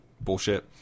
bullshit